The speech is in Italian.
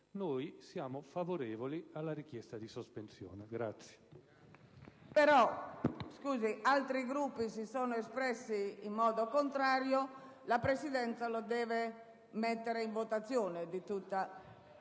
Noi siamo favorevoli alla richiesta di sospensione.